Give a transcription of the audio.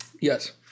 Yes